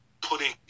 putting